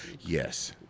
Yes